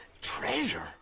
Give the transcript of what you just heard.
Treasure